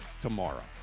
tomorrow